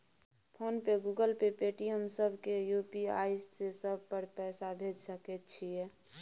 Phone पे, Google Pay, Paytm, सब के UPI से सब पर भेज सके छीयै?